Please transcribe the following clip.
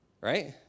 Right